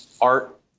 art